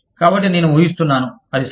కాబట్టి నేను ఊహిస్తున్నాను అది సరే